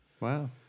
Wow